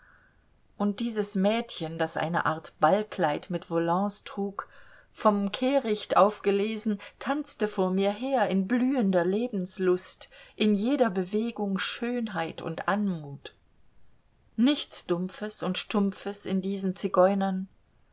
und dieses mädchen das eine art ballkleid mit volants trug vom kehricht aufgelesen tanzte vor mir her in blühender lebenslust in jeder bewegung schönheit und anmut nichts dumpfes und stumpfes in diesen zigeunern